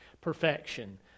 perfection